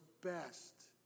best